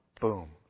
boom